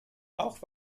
auch